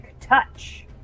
Touch